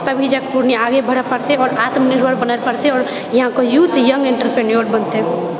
तभी जाकर पूर्णियाँ आगे बढ़ पौते आओर आत्मनिर्भर बनै पड़ते आओर यहाँके यूथ न्ट्राप्रेन्योर बनतै